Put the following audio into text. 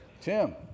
Tim